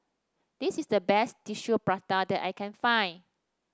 this is the best Tissue Prata that I can find